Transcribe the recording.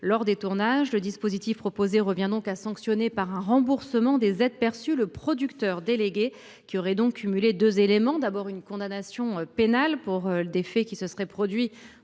lors des tournages. Le dispositif proposé revient à sanctionner par un remboursement des aides perçues le producteur délégué qui aurait cumulé deux circonstances : une condamnation pénale pour des faits qui se seraient produits